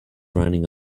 running